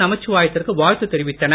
நமச்சிவாயத்திற்கு வாழ்த்து தெரிவித்தனர்